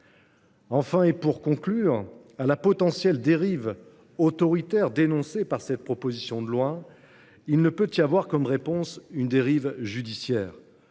Enfin, et pour conclure, la potentielle dérive autoritaire dénoncée par les auteurs de cette proposition de loi ne saurait avoir comme réponse une dérive judiciaire.